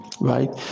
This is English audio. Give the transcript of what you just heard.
right